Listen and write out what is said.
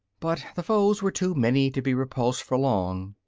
but the foes were too many to be repulsed for long.